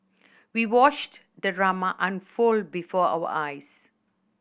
we watched the drama unfold before our eyes